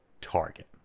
target